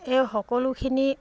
এই সকলোখিনি